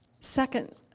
Second